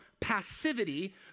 passivity